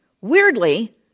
weirdly